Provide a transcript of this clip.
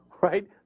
Right